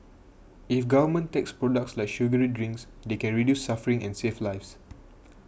if governments tax products like sugary drinks they can reduce suffering and save lives